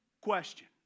question